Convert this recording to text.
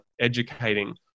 educating